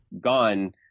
gone